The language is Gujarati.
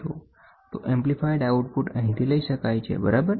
તો એમ્પ્લીફાઇડ આઉટપુટ અહીંથી લઈ શકાય છે બરાબર